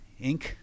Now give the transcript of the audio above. Inc